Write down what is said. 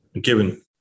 given